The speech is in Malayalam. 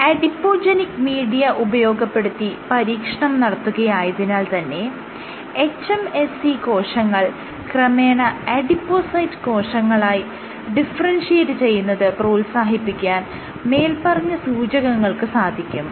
അഡിപോജെനിക് മീഡിയ ഉപയോഗപ്പെടുത്തി പരീക്ഷണം നടത്തുകയായതിനാൽ തന്നെ hMSC കോശങ്ങൾ ക്രമേണ അഡിപോസൈറ്റ് കോശങ്ങളായി ഡിഫറെൻഷിയേറ്റ് ചെയ്യുന്നത് പ്രോത്സാഹിപ്പിക്കാൻ മേല്പറഞ്ഞ സൂചകങ്ങൾക്ക് സാധിക്കും